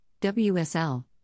WSL